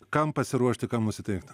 kam pasiruošti kam nusiteikt